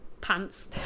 pants